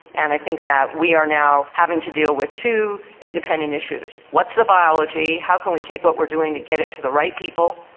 and i think that we are now having to deal with two independent issues what's the biology, how can we take what we're doing to get it to the right people,